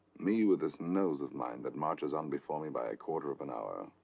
me, with this nose of mine that marches on before me by a quarter of an hour.